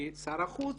כי שר החוץ